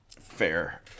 Fair